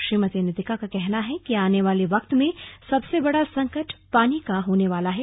श्रीमती नितिका का कहना है कि आने वाले वक्त में सबसे बड़ा संकट पानी का होने वाला है